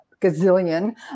gazillion